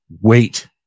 wait